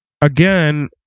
Again